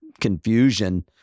confusion